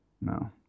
No